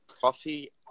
Coffee